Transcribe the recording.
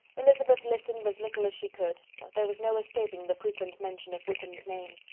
elizabeth listened as little as she could, but there was no escaping the frequent mention of wickham's name.